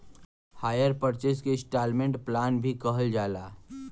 hire purchase के instalment plan भी कहल जाला